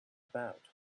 about